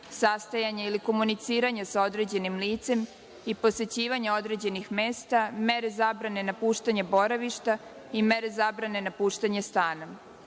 sastajanja ili komuniciranja sa određenim licem i posećivanja određenih mesta, mere zabrane napuštanja boravišta i mere zabrane napuštanje stana. Mere